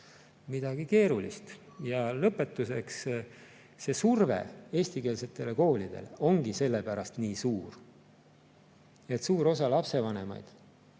midagi keerulist. Ja lõpetuseks, see surve eestikeelsetele koolidele ongi sellepärast nii suur, et suur osa lapsevanemaid